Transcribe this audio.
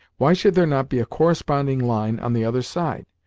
why should there not be a corresponding line on the other side?